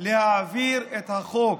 להעביר את החוק?